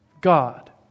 God